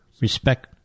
respect